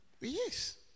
Yes